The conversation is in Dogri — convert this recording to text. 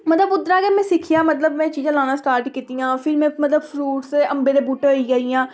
मतलब उद्धरा गै में सिक्खेआ मतलब में चीजां लाना स्टार्ट कीतियां फिर में मतलब फ्रूट्स अंबें दे बूह्टे होइये जि'यां